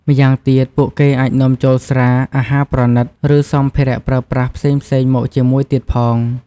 ម្យ៉ាងទៀត ពួកគេអាចនាំចូលស្រា អាហារប្រណីត ឬសម្ភារៈប្រើប្រាស់ផ្សេងៗមកជាមួយទៀតផង។